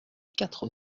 quatre